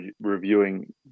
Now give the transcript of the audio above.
reviewing